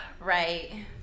Right